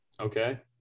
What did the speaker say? Okay